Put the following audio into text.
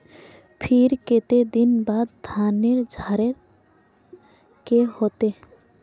फिर केते दिन बाद धानेर झाड़े के होते?